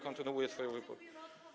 Kontynuuję swoją wypowiedź.